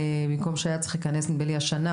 במקום שהיה צריך להיכנס השנה,